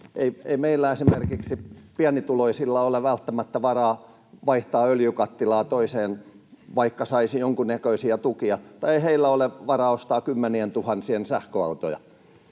Ei meillä esimerkiksi pienituloisilla ole välttämättä varaa vaihtaa öljykattilaa toiseen, vaikka saisi jonkunnäköisiä tukia, tai ei heillä ole varaa ostaa kymmenientuhansien sähköautoja.